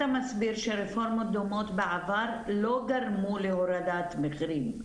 מסביר שרפורמות דומות בעבר לא גרמו להורדת מחירים?